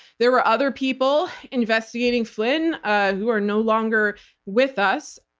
there were other people investigating flynn ah who are no longer with us.